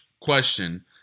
question